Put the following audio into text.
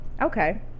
okay